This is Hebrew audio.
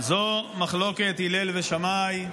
זו מחלוקת הלל ושמאי,